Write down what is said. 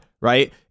Right